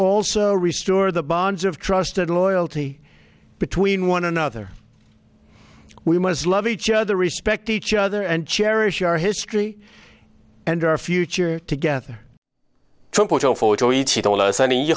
also restore the bonds of trust and loyalty between one another we must love each other respect each other and cherish our history and our future together